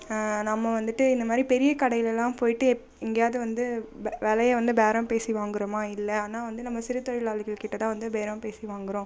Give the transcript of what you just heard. நம்ம வந்துட்டு இந்தமாதிரி பெரிய கடையிலெல்லாம் போயிட்டு எங்கேயாவது வந்து வெ விலைய வந்து பேரம் பேசி வாங்கிறமா இல்லை ஆனால் வந்து நம்ம சிறுத்தொழிலாளிகள் கிட்டே தான் வந்து பேரம் பேசி வாங்கிறோம